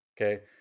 Okay